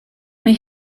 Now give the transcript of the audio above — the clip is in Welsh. mae